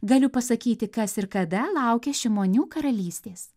galiu pasakyti kas ir kada laukia šimonių karalystės